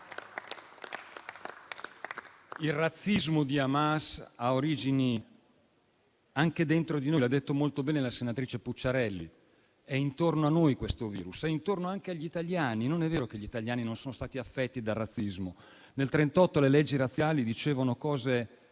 Il razzismo di Hamas ha origini anche dentro di noi, come ha detto molto bene la senatrice Pucciarelli. Questo virus è intorno a noi, è intorno anche agli italiani. Non è vero che gli italiani non sono stati affetti dal razzismo. Nel 1938 le leggi razziali dicevano cose